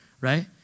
right